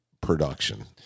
production